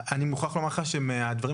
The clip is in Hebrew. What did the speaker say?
אני מוכרח לומר לך שאני מתרשם מהדברים